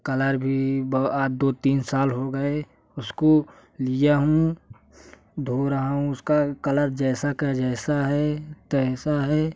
colour भी दो तीन साल हो गए उसको लिया हूँ धो रहा हूँ उसका कलर जैसा का जैसा है तो ऐसा है